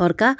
थरका